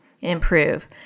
improve